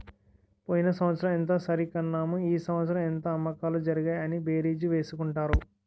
పోయిన సంవత్సరం ఎంత సరికన్నాము ఈ సంవత్సరం ఎంత అమ్మకాలు జరిగాయి అని బేరీజు వేసుకుంటారు